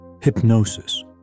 hypnosis